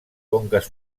conques